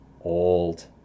Old